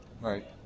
Right